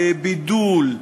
לבידול,